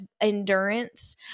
endurance